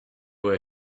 were